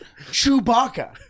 Chewbacca